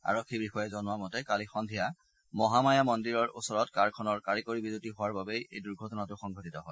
আৰক্ষী বিষয়াই জনোৱা মতে কালি সন্ধিয়া মহামায়া মন্দিৰৰ ওচৰত কাৰখনৰ কাৰিকৰী বিজুতি হোৱাৰ বাবেই এই দুৰ্ঘটনাটো সংঘটিত হয়